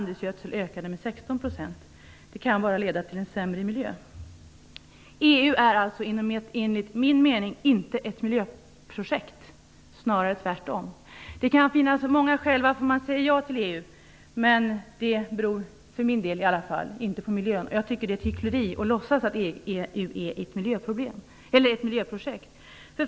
Det kan bara leda till en sämre miljö. EU är enligt min mening inte ett miljöprojekt. Snarare tvärtom. Det kan finnas många skäl till varför man säger ja till EU. Man för min del skulle det inte vara för miljön. Jag tycker att det är hyckleri att låtsas att EU är ett miljöprojekt.